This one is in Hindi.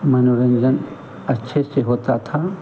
मनोरंजन अच्छे से होता था